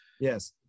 Yes